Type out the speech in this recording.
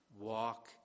walk